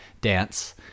dance